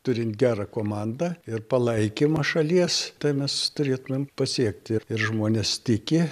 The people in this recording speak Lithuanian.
turint gerą komandą ir palaikymą šalies tai mes turėtumėm pasiekti ir ir žmonės tiki